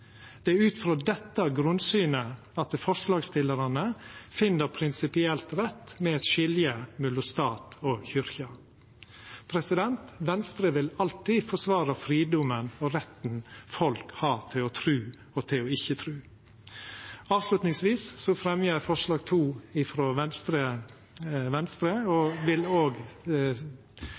Det er ut frå dette grunnsynet at forslagsstillarane finn det prinsipielt rett med eit skilje mellom stat og kyrkje. Venstre vil alltid forsvara fridommen og retten folk har til å tru og til ikkje å tru. Avslutningsvis vil eg fremja forslag nr. 2, frå Venstre. Eg vil